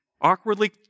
awkwardly